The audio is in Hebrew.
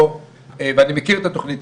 ואני מכיר את התוכנית,